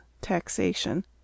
Taxation